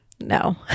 No